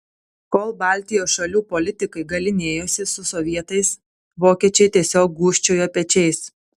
kol baltijos šalių politikai galynėjosi su sovietais vokiečiai tiesiog gūžčiojo pečiais